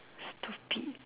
stupid